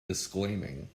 disclaiming